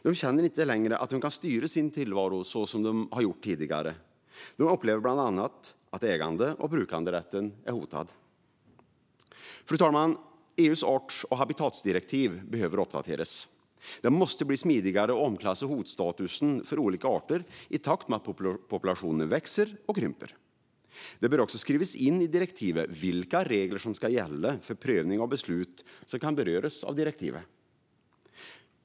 De känner inte längre att de kan styra sin tillvaro så som de har gjort tidigare. De upplever bland annat att ägande och brukanderätten är hotad. Fru talman! EU:s art och habitatdirektiv behöver uppdateras. Det måste bli smidigare att omklassa hotstatusen för olika arter i takt med att populationerna växer eller krymper. Det bör också skrivas in i direktivet vilka regler som ska gälla för prövning av beslut som kan beröras av direktivet.